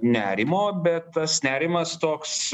nerimo bet tas nerimas toks